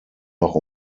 noch